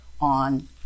on